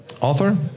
author